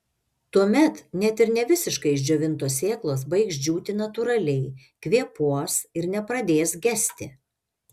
tuomet net ir ne visiškai išdžiovintos sėklos baigs džiūti natūraliai kvėpuos ir nepradės gesti